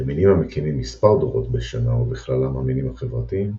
במינים המקימים מספר דורות בשנה ובכללם המינים החברתיים,